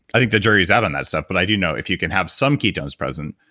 i think the jury's out on that stuff. but i do know if you can have some ketones present,